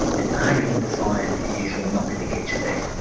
and arguing the science is usually not going to get you there.